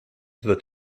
wird